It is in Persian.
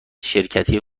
شرکتی